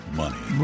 money